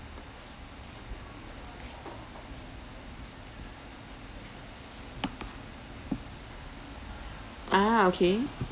ah okay